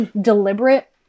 deliberate